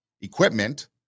equipment